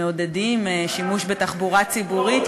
מעודדים שימוש בתחבורה ציבורית,